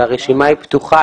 והרשימה היא פתוחה,